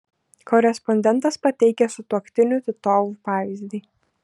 korespondentas pateikia sutuoktinių titovų pavyzdį